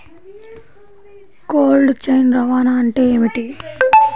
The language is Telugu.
కోల్డ్ చైన్ రవాణా అంటే ఏమిటీ?